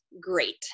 great